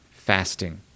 fasting